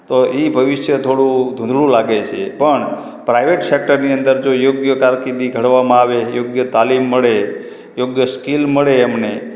તો એ ભવિષ્ય થોડું ધૂંધળું લાગે છે પણ પ્રાઈવૅટ સેકટરની અંદર જો યોગ્ય કારકિર્દી ઘડવામાં આવે યોગ્ય તાલીમ મળે યોગ્ય સ્કીલ મળે એમને